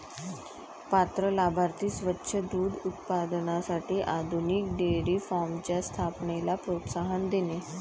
पात्र लाभार्थी स्वच्छ दूध उत्पादनासाठी आधुनिक डेअरी फार्मच्या स्थापनेला प्रोत्साहन देणे